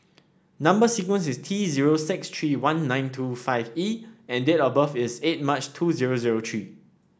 number sequence is T zero six three one nine two five E and date of birth is eight March two zero zero three